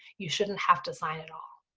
you shouldn't have to sign at all.